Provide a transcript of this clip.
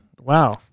Wow